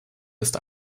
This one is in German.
ist